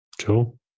Cool